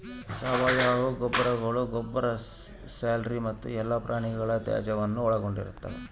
ಸಾವಯವ ಗೊಬ್ಬರಗಳು ಗೊಬ್ಬರ ಸ್ಲರಿ ಮತ್ತು ಎಲ್ಲಾ ಪ್ರಾಣಿಗಳ ತ್ಯಾಜ್ಯಾನ ಒಳಗೊಂಡಿರ್ತವ